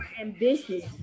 Ambitious